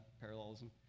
parallelism